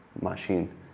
machine